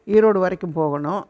ஈரோடு வரைக்கும் போகணும்